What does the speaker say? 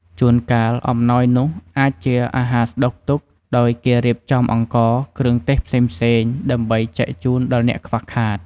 ជូនកាលអំណោយនោះអាចជាអាហារស្តុកទុក ដោយគេរៀបចំអង្ករ គ្រឿងទេសផ្សេងៗ ដើម្បីចែកជូនដល់អ្នកខ្វះខាត។